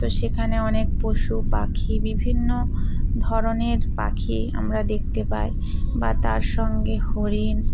তো সেখানে অনেক পশু পাখি বিভিন্ন ধরনের পাখি আমরা দেখতে পাই বা তার সঙ্গে হরিণ